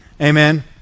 amen